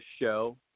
show